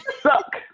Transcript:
suck